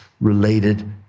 related